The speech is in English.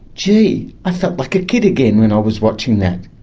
gee, i felt like a kid again when i was watching that,